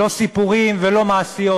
לא סיפורים ולא מעשיות,